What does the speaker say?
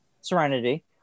Serenity